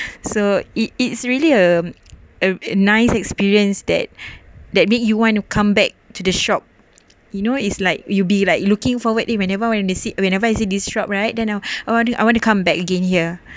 so it's it's really a a nice experience that that make you want to come back to the shop you know is like you be like looking forward whenever when they see whenever I see this shop right then uh I want to come back again here